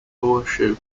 horseshoe